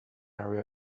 area